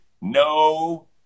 no